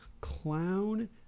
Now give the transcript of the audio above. clown